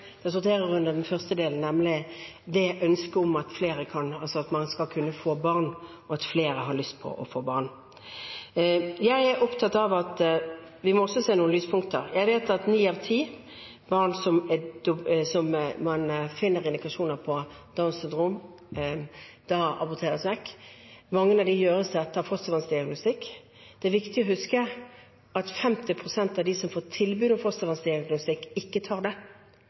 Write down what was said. den første delen, nemlig ønsket om at man skal kunne få barn, og at flere har lyst på barn. Jeg er opptatt av at vi også må se noen lyspunkter. Jeg vet at ni av ti barn der man finner indikasjoner på Downs syndrom, aborteres vekk – mange av dem gjøres etter fostervannsdiagnostikk. Da er det viktig å huske at 50 pst. av dem som får tilbud om fostervannsdiagnostikk, ikke tar det.